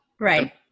Right